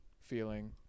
feeling